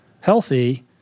healthy